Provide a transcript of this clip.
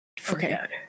forget